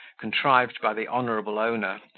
contrived by the honourable owner,